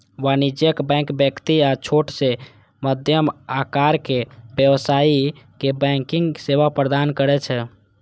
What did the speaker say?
वाणिज्यिक बैंक व्यक्ति आ छोट सं मध्यम आकारक व्यवसायी कें बैंकिंग सेवा प्रदान करै छै